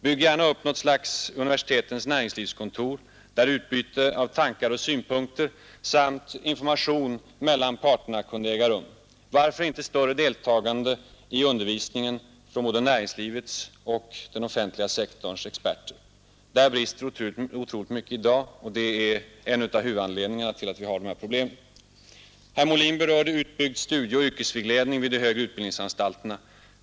Bygg gärna upp något slags universitetens näringslivskontor, där utbyte av tankar och synpunkter samt information mellan parterna kan äga rum. Varför inte större deltagande i undervisningen från både näringslivets och den offentliga sektorns experter? Där brister otroligt mycket i dag, och det är en av huvudanledningarna till att vi har detta problem. Herr Molin berörde utbyggd studieoch yrkesvägledning vid de högre utbildningsanstalterna.